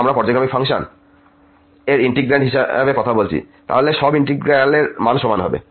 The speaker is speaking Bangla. এবং আমরা পর্যায়ক্রমিক ফাংশন এর ইন্টিগ্র্যান্ড হিসাবে কথা বলছি তাহলে সব ইন্টিগ্রালের মান সমান হবে